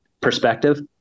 perspective